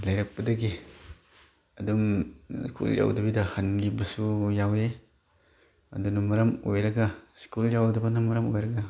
ꯂꯩꯔꯛꯄꯗꯒꯤ ꯑꯗꯨꯝ ꯁ꯭ꯀꯨꯜ ꯌꯧꯗꯕꯤꯗ ꯍꯟꯒꯤꯕꯁꯨ ꯌꯥꯎꯏ ꯑꯗꯨꯅ ꯃꯔꯝ ꯑꯣꯏꯔꯒ ꯁ꯭ꯀꯨꯜ ꯌꯧꯗꯕꯅ ꯃꯔꯝ ꯑꯣꯏꯔꯒ